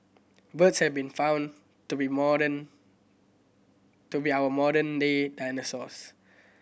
birds have been found to be modern to be our modern day dinosaurs